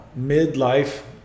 Midlife